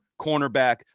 cornerback